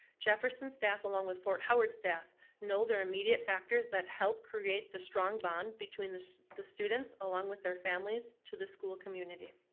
jefferson staff along with fort howard staff know there are immediate factors that help create the strong bond between the the students, along with their families, to the school community.